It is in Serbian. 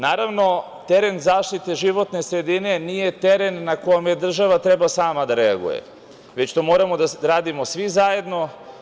Naravno, teren zaštite životne sredine nije teren na kom država treba sama da reaguje, već to moramo da radimo svi zajedno.